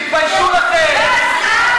תתביישו לכם.